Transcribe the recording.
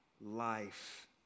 life